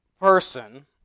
person